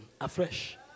Afresh